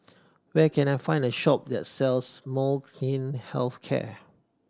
where can I find a shop that sells Molnylcke Health Care